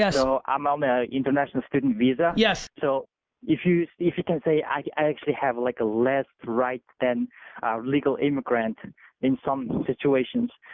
yes. so i'm um on international student visa. yes so if you if you can say i actually have like less rights than legal immigrant and in some situations.